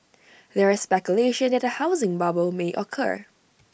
there is speculation that A housing bubble may occur